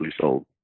sold